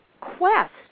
quest